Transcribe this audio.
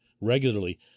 regularly